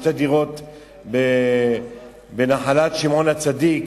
שתי דירות בנחלת שמעון הצדיק,